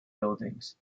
buildings